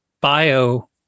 bio